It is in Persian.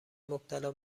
مبتلا